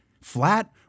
flat